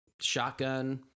Shotgun